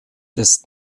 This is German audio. des